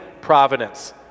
providence